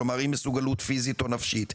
כלומר אם מסוגלות פיזית או נפשית,